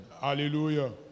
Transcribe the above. Hallelujah